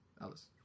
Alice